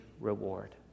reward